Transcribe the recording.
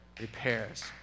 repairs